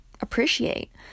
appreciate